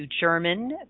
German